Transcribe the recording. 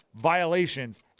violations